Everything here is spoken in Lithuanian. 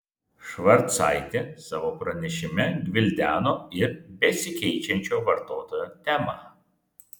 švarcaitė savo pranešime gvildeno ir besikeičiančio vartotojo temą